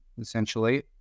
essentially